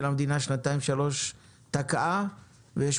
המדינה במשך שנתיים שלוש תקעה את ההחלטה.